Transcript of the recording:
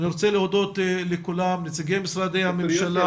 אני רוצה להודות לכולם, נציגי משרדי הממשלה,